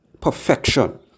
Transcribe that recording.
perfection